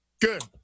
good